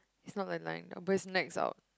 he's not aligned but his neck is out